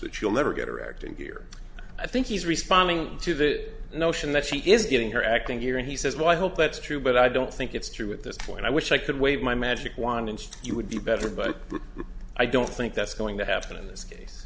that you'll never get her act in here i think he's responding to the notion that she is getting her acting here and he says well i hope that's true but i don't think it's true at this point i wish i could wave my magic wand and you would be better but i don't think that's going to happen in this case